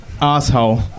asshole